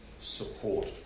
Support